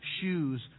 shoes